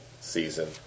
season